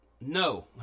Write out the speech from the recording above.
No